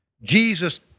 Jesus